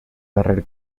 darrer